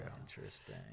Interesting